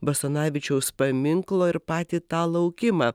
basanavičiaus paminklo ir patį tą laukimą